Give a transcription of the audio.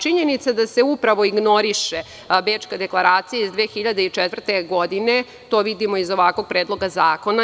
Činjenica je da se ignoriše Bečka deklaracija iz 2004. godine, to vidimo iz ovakvog predloga zakona.